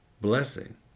blessing